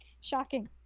shocking